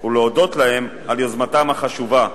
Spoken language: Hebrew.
ולהודות להם על יוזמתם החשובה.